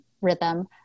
rhythm